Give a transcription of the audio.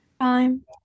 time